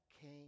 came